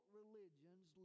religions